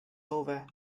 over